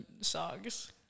songs